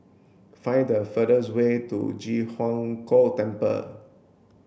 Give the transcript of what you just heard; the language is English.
find the fastest way to Ji Huang Kok Temple